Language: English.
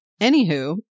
Anywho